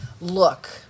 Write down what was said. look